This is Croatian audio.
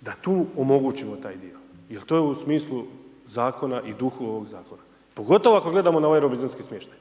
da tu omogućimo taj dio jer to je u smislu zakona i u duhu ovoga zakona, pogotovo ako gledamo na ovaj robinzonski smještaj.